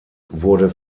wurde